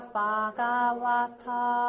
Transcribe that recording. Bhagavata